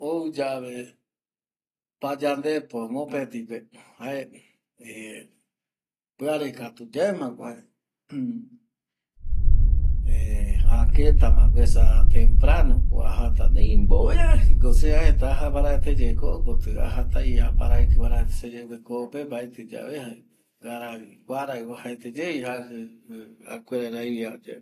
Ou yave pañandepo mopetipe piare yaemako esa ya no ata aparaiki paraete ko pe mbaeti ye kuarai jaji ye akuera ravia ye.